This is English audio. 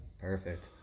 Perfect